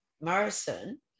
Morrison